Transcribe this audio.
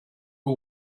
who